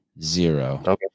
zero